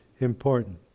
important